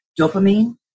dopamine